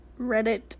Reddit